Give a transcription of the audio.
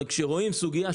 אבל כשרואים סוגיה,